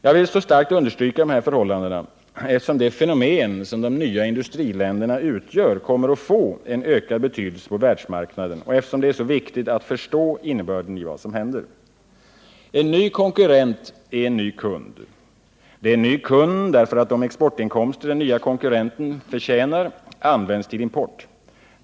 Jag vill så starkt understryka dessa förhållanden, eftersom det fenomen som de nya industriländerna utgör kommer att få en ökad betydelse på världsmarknaden och eftersom det är så viktigt att förstå innebörden i vad som händer. En ny konkurrent är en ny kund. Det är en ny kund därför att de exportinkomster den nya konkurrenten förtjänar används till import.